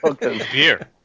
Beer